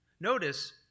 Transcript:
notice